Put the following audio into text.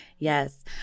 Yes